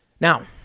Now